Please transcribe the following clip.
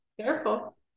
Careful